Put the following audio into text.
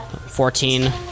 fourteen